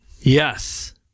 yes